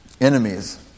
Enemies